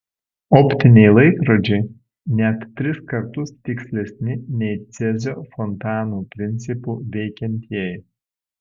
optiniai laikrodžiai net tris kartus tikslesni nei cezio fontanų principu veikiantieji